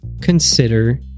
consider